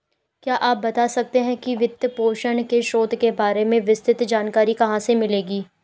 क्या आप बता सकते है कि वित्तपोषण के स्रोतों के बारे में विस्तृत जानकारी कहाँ से मिलेगी?